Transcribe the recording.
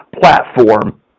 platform